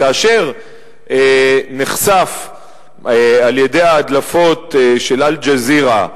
כאשר נחשפו על-ידי ההדלפות של "אל-ג'זירה",